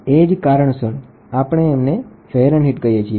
એ જ કારણસર આપણે એમને ફેરનહીટ કહીએ છીએ